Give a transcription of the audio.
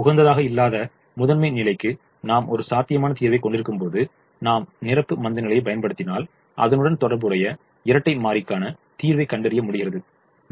உகந்ததாக இல்லாத முதன்மை நிலைக்கு நாம் ஒரு சாத்தியமான தீர்வைக் கொண்டிருக்கும்போது நாம் நிரப்பு மந்தநிலையைப் பயன்படுத்தினால் அதனுடன் தொடர்புடைய இரட்டை மாறிக்காண தீர்வைக் கண்டறிய முடிகிறது